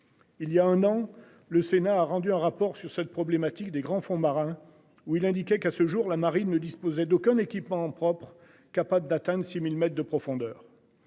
Il y a un an, le Sénat a rendu un rapport sur cette problématique des grands fonds marins où il indiquait qu'à ce jour-là. Marine ne disposait d'aucun équipement propre capable d'atteindre 6000 mètres de profondeur.